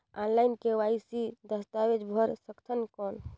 Online KYC दस्तावेज भर सकथन कौन?